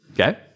okay